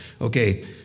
okay